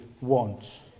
wants